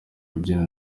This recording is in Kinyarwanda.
kubyina